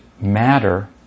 matter